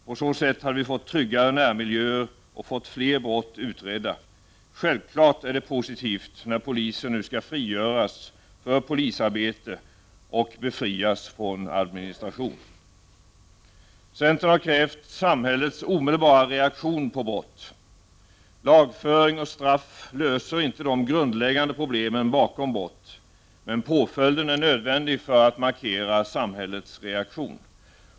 På det sättet hade vi fått tryggare närmiljöer och fått fler brott utredda. Självfallet är det positivt när poliser nu skall frigöras för polisarbete och befrias från administration. Centern har krävt samhällets omedelbara reaktion på brott. Lagföring och straff löser inte de grundläggande problemen bakom brott, men påföljden är nödvändig för att markera samhällets reaktion.